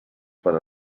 per